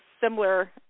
similar